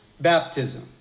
baptism